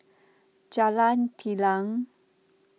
Jalan Telang